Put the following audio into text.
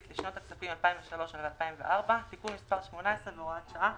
לשנות הכספים 2003 ו-2004) (תיקון מס' 18 והוראת שעה),